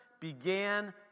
began